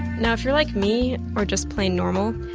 now, if you're like me, or just plain normal,